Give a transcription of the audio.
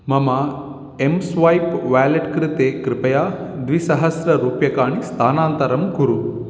मम M swipe wallet कृते कृपया द्विसहस्ररूप्यकाणि स्थानान्तरं कुरु